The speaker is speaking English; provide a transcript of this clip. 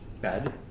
bed